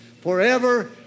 forever